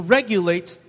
regulates